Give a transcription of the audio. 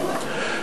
נכון.